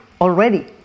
already